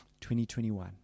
2021